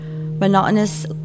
monotonous